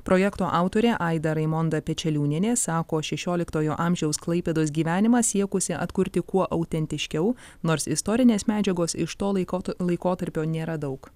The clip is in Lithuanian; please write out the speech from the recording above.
projekto autorė aida raimonda pečeliūnienė sako šešioliktojo amžiaus klaipėdos gyvenimą siekusi atkurti kuo autentiškiau nors istorinės medžiagos iš to laikota laikotarpio nėra daug